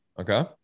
okay